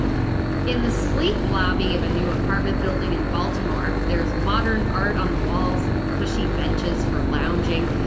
in the sleek lobby of a new apartment building in baltimore, there's modern art on the walls and cushy benches for lounging.